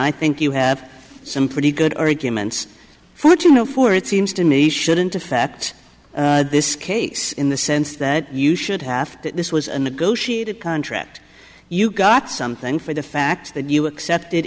i think you have some pretty good arguments for two no four it seems to me shouldn't affect this case in the sense that you should have that this was a negotiated contract you got something for the fact that you accepted